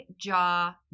jaw